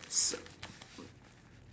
s~